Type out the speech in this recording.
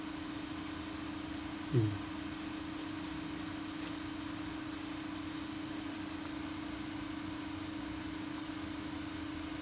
mm